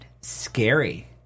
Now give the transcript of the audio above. scary